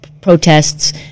protests